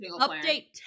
Update